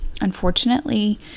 Unfortunately